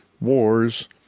wars